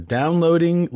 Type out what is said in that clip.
downloading